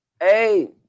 hey